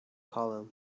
column